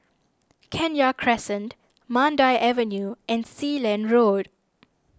Kenya Crescent Mandai Avenue and Sealand Road